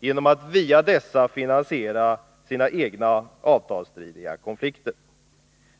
genom att via dessa finansiera sin egen avtalsstridiga 5 maj 1983 - konflikt.